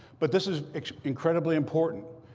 but this is incredibly important,